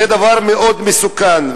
זה דבר מאוד מסוכן.